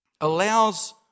allows